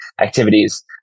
activities